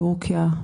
תורכיה.